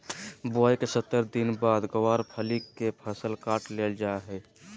बुआई के सत्तर दिन बाद गँवार फली के फसल काट लेल जा हय